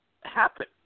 happen